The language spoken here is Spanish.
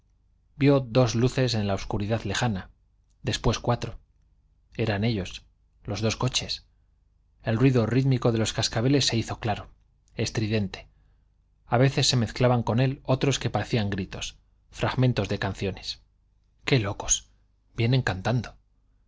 dos luces entre la obscuridad lejana después cuatro eran ellos los dos coches el ruido rítmico de los cascabeles se hizo claro estridente a veces se mezclaban con él otros que parecían gritos fragmentos de canciones qué locos vienen cantando